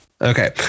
Okay